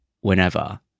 whenever